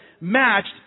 matched